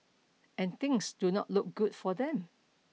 and things do not look good for them